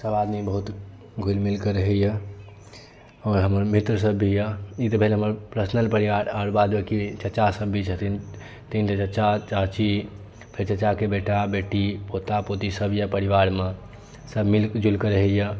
सब आदमी बहुत घुलि मिल कऽ रहैया आओर हमर मीत्र सब भी अछि ई तऽ भेल हमर पर्सनल परीवार आओर बाद बाँकी चाचा सब भी छथिन तीनटा चच्चा चाची फेर चच्चा के बेटा बेटी पोता पोती सब अछि परीवारमे सब मिल जुलि कऽ रहैया